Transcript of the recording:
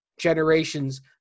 generations